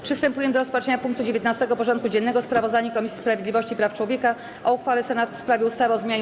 Przystępujemy do rozpatrzenia punktu 19. porządku dziennego: Sprawozdanie Komisji Sprawiedliwości i Praw Człowieka o uchwale Senatu w sprawie ustawy o zmianie